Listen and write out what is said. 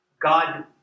God